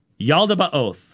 Yaldabaoth